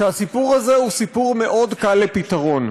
שהסיפור הזה הוא סיפור מאוד קל לפתרון.